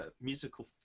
musical